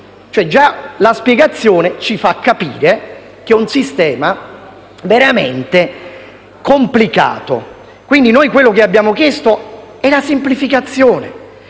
Già la spiegazione ci fa capire che è un sistema veramente complicato. Quindi, abbiamo chiesto una semplificazione,